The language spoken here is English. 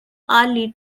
hourly